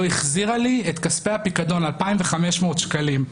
החזירה לי את כספי הפיקדון 2,500 שקלים.